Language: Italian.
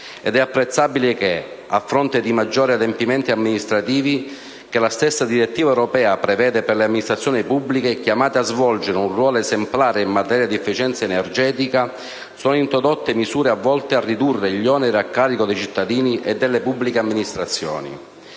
e sostenibile. A fronte dei maggiori adempimenti amministrativi che la stessa direttiva europea prevede per le amministrazioni pubbliche, chiamate a svolgere un ruolo esemplare in materia di efficienza energetica, è altresì apprezzabile l'introduzione di misure volte a ridurre gli oneri a carico dei cittadini e delle pubbliche amministrazioni.